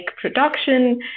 production